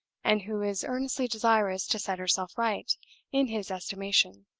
and who is earnestly desirous to set herself right in his estimation.